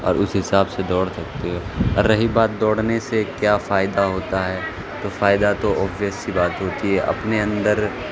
اور اس حساب سے دوڑ سکتے ہو اور رہی بات دوڑنے سے کیا فائدہ ہوتا ہے تو فائدہ تو اوبویئس سی بات ہوتی ہے اپنے اندر